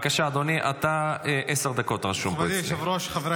אבל אני משתדל להיצמד לתקנון,